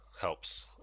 helps